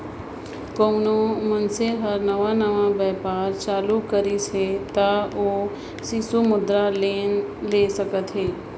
कोनो मइनसे हर नावा नावा बयपार चालू करिस अहे ता ओ सिसु मुद्रा लोन ले सकत अहे